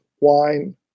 wine